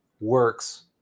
works